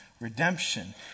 redemption